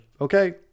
okay